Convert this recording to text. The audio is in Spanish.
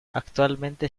actualmente